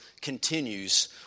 continues